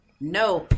No